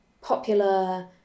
popular